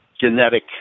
genetic